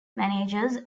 managers